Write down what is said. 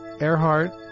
Earhart